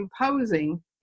imposing